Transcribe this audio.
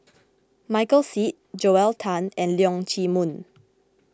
Michael Seet Joel Tan and Leong Chee Mun